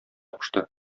кушты